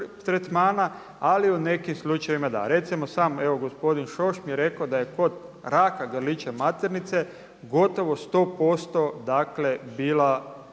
ali u nekim slučajevima da. Recimo samo evo gospodin Šoš mi je rekao da je kod raka grlića maternice gotovo 100% dakle